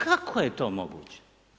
Kako je to moguće?